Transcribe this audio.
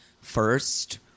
first